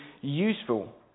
useful